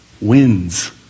wins